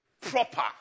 Proper